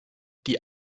die